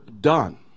done